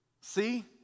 See